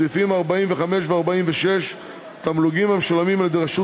סעיפים 45 ו-46 (תמלוגים המשולמים על-ידי רשות